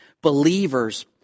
Believers